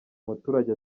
umuturage